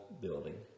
building